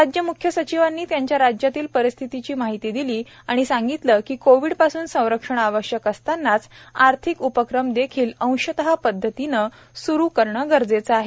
राज्य म्ख्य सचिवांनी त्यांच्या राज्यातील परिस्थीची माहिती दिली आणि सांगितले की कोविड पासून संरक्षण आवश्यक असतानाच आर्थिक उपक्रम देखील अशंतः पद्धतीने सुरु करणे गरजेचे आहे